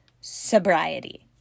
sobriety